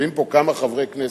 יושבים פה כמה חברי כנסת.